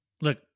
Look